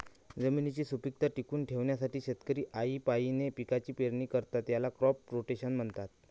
जमिनीची सुपीकता टिकवून ठेवण्यासाठी शेतकरी आळीपाळीने पिकांची पेरणी करतात, याला क्रॉप रोटेशन म्हणतात